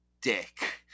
dick